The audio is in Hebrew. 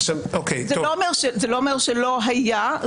זה לא אומר שלא היה,